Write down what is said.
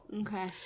Okay